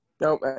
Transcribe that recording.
Nope